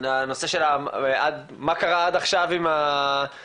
לנושא של מה קרה עד עכשיו עם החקירה?